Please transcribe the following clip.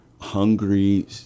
hungry